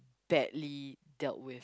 badly dealt with